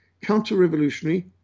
counter-revolutionary